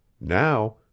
Now